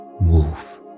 wolf